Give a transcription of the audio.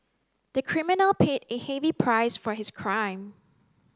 the criminal paid a heavy price for his crime